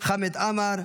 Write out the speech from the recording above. חמד עמאר,